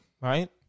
Right